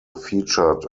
featured